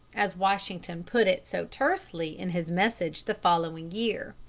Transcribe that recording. as washington put it so tersely in his message the following year.